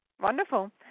Wonderful